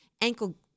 ankle